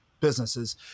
businesses